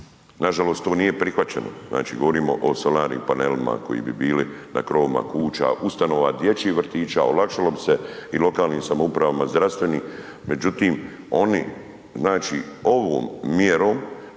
Na žalost to nije prihvaćeno. Znači govorimo o solarnim panelima koji bi bili na krovovima kuća, ustanova, dječjih vrtića. Olakšalo bi se o lokalnim samoupravama, zdravstvenim. Međutim oni znači ovom mjerom